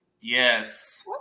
Yes